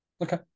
Okay